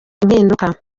impinduka